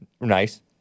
Nice